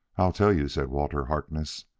i'll tell you, said walter harkness,